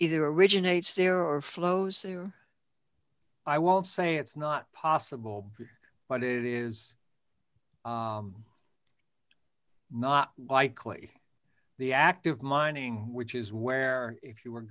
either originates there or flows through i won't say it's not possible but it is not likely the active mining which is where if you were